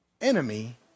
enemy